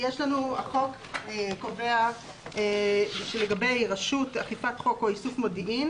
החוק קובע שלגבי רשות אכיפת חוק או איסוף מודיעין